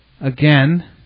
Again